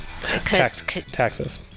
Taxes